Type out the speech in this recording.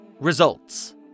Results